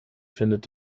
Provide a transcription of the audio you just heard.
findet